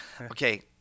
Okay